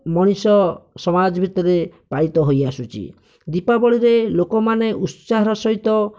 ମଣିଷ ସମାଜ ଭିତରେ ପାଳିତ ହୋଇ ଆସୁଛି ଦୀପାବଳୀରେ ଲୋକମାନେ ଉତ୍ସାହର ସହିତ